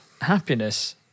happiness